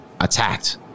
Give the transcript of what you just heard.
Attacked